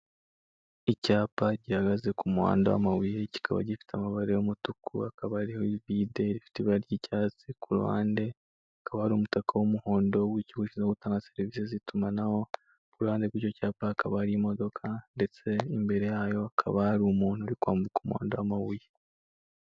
Icyapa gihagaze ku muhanda w'amabuye kikaba gifite amabara y'umutuku kukaba kiriho ivide rifite ibara ry'icyatsi, ku ruhande hakaba hari umutaka w'umuhondo w'ikigo gishinzwe gitanga serivise z'itumanaho, ku ruhande rw'icyo cyapa hakaba hari imodoka, ndetse imbere yayo hakaba hari umuntu uri kwambuka umuhanda w'amabuye.